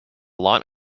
lot